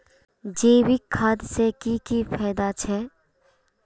जैविक खाद से की की फायदा छे?